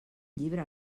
llibre